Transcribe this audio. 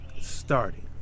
starting